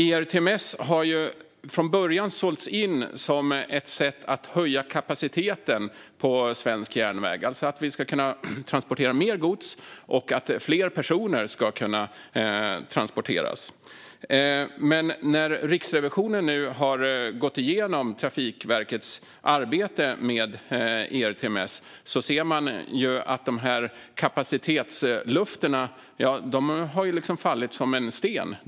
ERTMS har från början sålts in som ett sätt att höja kapaciteten på svensk järnväg, alltså att vi ska kunna transportera mer gods och att fler personer ska kunna transporteras. Men när Riksrevisionen nu har gått igenom Trafikverkets arbete med ERTMS ser man att dessa kapacitetslöften har fallit som en sten.